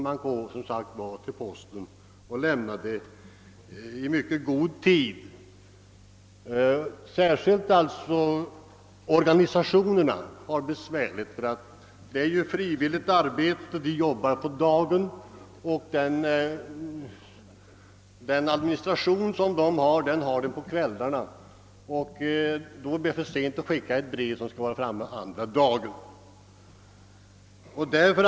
Då får man lämna det i mycket god tid på posten. Särskilt inom organisationer av olika slag har man det besvärligt. Där bedrives ju ett frivilligt arbete, och dess administration måste således ske på kvällarna, och då är det för sent att skicka brev som skall vara adressaten till handa följande dag.